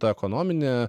ta ekonominė